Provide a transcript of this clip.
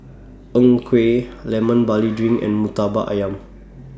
Png Kueh Lemon Barley Drink and Murtabak Ayam